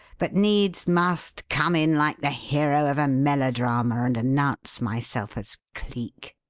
but needs must come in like the hero of a melodrama and announce myself as cleek.